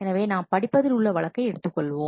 எனவே நாம் படிப்பதில் உள்ள வழக்கை எடுத்துக்கொள்வோம்